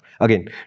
again